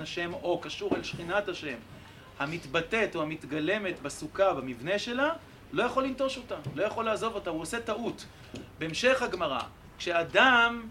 השם או קשור אל שכינת השם, המתבטאת או המתגלמת בסוכה במבנה שלה, לא יכול לנטוש אותה, לא יכול לעזוב אותה, הוא עושה טעות, בהמשך הגמרא, כשאדם